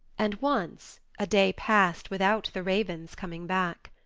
and once a day passed without the ravens coming back.